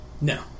No